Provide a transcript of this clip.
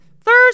Thursday